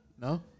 No